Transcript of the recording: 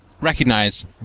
recognize